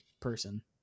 person